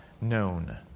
known